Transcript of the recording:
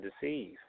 deceive